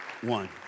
one